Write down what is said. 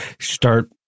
start